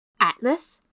Atlas